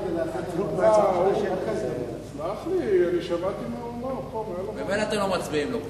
כי הונחה היום על